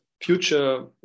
future